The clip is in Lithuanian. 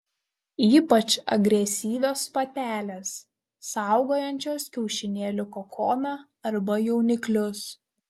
ypač agresyvios patelės saugojančios kiaušinėlių kokoną arba jauniklius